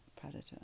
predator